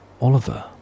Oliver